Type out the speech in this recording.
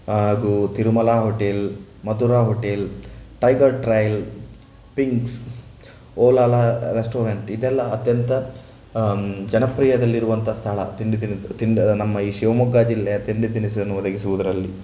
ಹಾಗೂ Tirumala hotel Mathura hotel tiger trail pinks ಓಲಾಲ restaurant ಇದೆಲ್ಲ ಅತ್ಯಂತ ಜನಪ್ರಿಯದಲ್ಲಿರುವಂಥ ಸ್ಥಳ ತಿಂಡಿ ತಿನ್ನು ತಿಂಡ ನಮ್ಮ ಈ ಶಿವಮೊಗ್ಗ ಜಿಲ್ಲೆಯ ತಿಂಡಿ ತಿನಿಸನ್ನು ಒದಗಿಸುವುದರಲ್ಲಿ